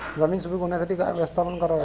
जमीन सुपीक होण्यासाठी काय व्यवस्थापन करावे?